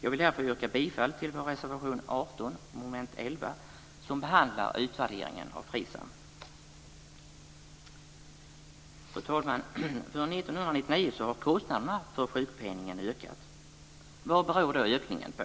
Jag vill därför yrka bifall till vår reservation 18 under mom. 11 som behandlar utvärdering av FRISAM. Fru talman! För år 1999 har kostnaderna för sjukpenningen ökat. Vad beror då ökningen på?